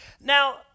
Now